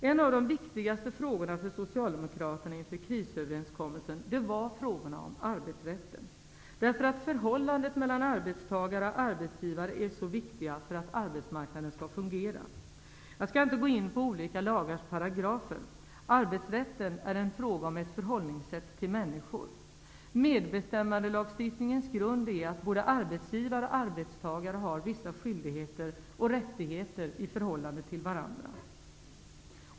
En av de viktigare frågorna för Socialdemokraterna inför krisöverenskommelsen var arbetsrätten, eftersom förhållandet mellan arbetstagare och arbetsgivare är så viktigt för att arbetsmarknaden skall fungera. Jag skall inte gå in på olika lagars paragrafer. Arbetsrätten är en fråga om ett förhållningssätt till människor. Medbestämmandelagstiftningens grund är att både arbetsgivare och arbetstagare har vissa skyldigheter och rättigheter i förhållande till varandra.